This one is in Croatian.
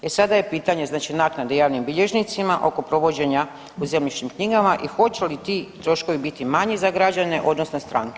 E sada je pitanje naknade javnim bilježnicima oko provođenja u zemljišnim knjigama i hoće li ti troškovi biti manji za građane odnosno stranke?